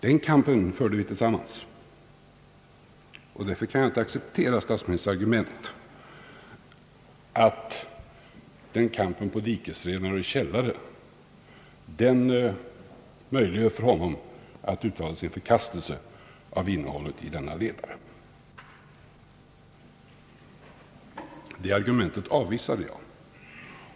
Den kampen förde vi tillsammans, och därför kan jag inte acceptera statsministerns argument att kampen på dikesrenar och i källare möjliggör för honom att uttala sin förkastelsedom över innehållet i denna ledare; det argumentet avvisar jag.